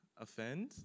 offend